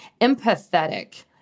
empathetic